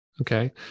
okay